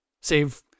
save